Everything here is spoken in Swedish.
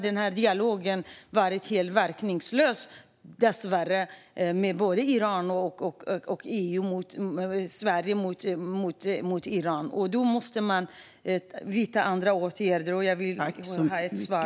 Dialogen mellan såväl Sverige och Iran som EU och Iran varit helt verkningslös, och då måste man vidta andra åtgärder. Jag vill ha ett svar.